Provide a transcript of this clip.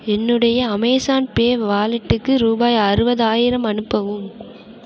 என்னுடைய Amazon pay வாலெட்டுக்கு ரூபாய் அறுபதாயிரம் அனுப்பவும்